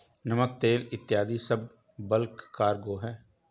नमक, तेल इत्यादी सब बल्क कार्गो हैं